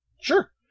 Sure